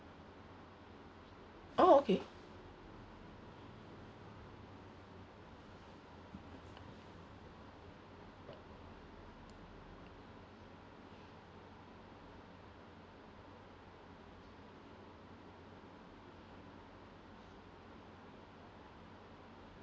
oh okay